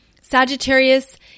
Sagittarius